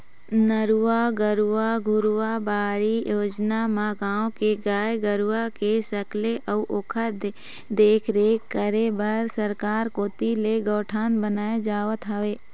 नरूवा, गरूवा, घुरूवा, बाड़ी योजना म गाँव के गाय गरूवा के सकेला अउ ओखर देखरेख करे बर सरकार कोती ले गौठान बनाए जावत हवय